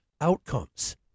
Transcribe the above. outcomes